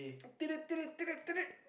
I did it did it did it did it